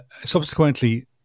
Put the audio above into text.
subsequently